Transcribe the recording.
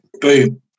Boom